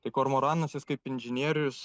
tai kormoranas jis kaip inžinierius